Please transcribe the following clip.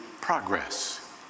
progress